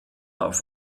auf